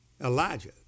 Elijah